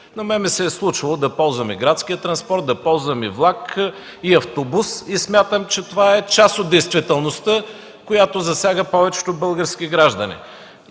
На мен ми се е случвало да ползвам и градския транспорт, и влак, и автобус, и смятам, че това е част от действителността, която засяга повечето български граждани.